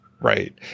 Right